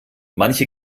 manche